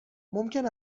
ممکن